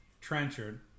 Trenchard